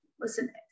listen